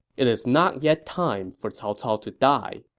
it is not yet time for cao cao to die.